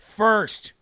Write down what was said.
first